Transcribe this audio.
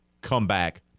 comeback